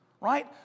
right